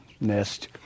nest